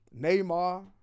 Neymar